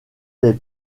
des